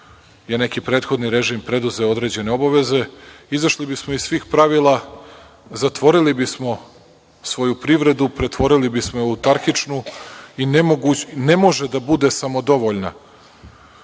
je neki prethodni režim preduzeo određene obaveze, izašli bi smo iz svih pravila, zatvorili bi smo svoju privredu, pretvorili bi smo je u utarhičnu i ne može da bude samodovoljna. Kažete,